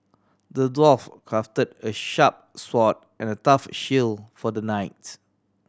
the dwarf crafted a sharp sword and a tough shield for the knight